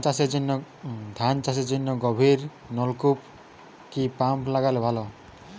ধান চাষের জন্য গভিরনলকুপ কি পাম্প লাগালে ভালো?